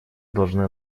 должны